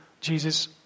Jesus